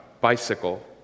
bicycle